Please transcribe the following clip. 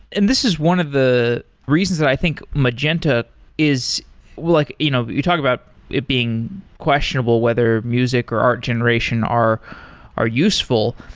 and this is one of the reasons that i think magenta is like you know you talked about it being questionable, whether music or art generation are are useful,